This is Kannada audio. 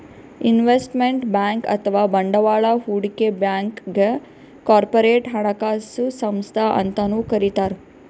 ಇನ್ವೆಸ್ಟ್ಮೆಂಟ್ ಬ್ಯಾಂಕ್ ಅಥವಾ ಬಂಡವಾಳ್ ಹೂಡಿಕೆ ಬ್ಯಾಂಕ್ಗ್ ಕಾರ್ಪೊರೇಟ್ ಹಣಕಾಸು ಸಂಸ್ಥಾ ಅಂತನೂ ಕರಿತಾರ್